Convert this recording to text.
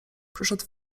przyszedł